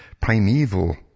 primeval